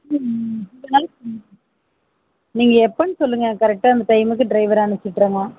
நீங்கள் எப்போன்னு சொல்லுங்கள் கரெக்டாக அந்த டைமுக்கு ட்ரைவரை அனுப்பிச்சுடுறேங்க